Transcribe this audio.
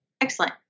excellent